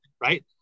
right